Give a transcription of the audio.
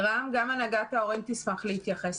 רם, גם הנהגת ההורים תשמח להתייחס.